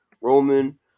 Roman